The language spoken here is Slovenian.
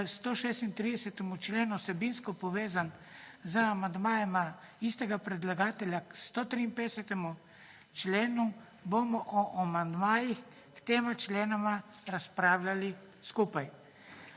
k 136. členu vsebinsko povezan z amandmajema istega predlagatelja k 153. členu, bomo o amandmajih k tema členoma razpravljali skupaj.